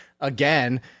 again